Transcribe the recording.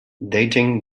dating